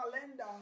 calendar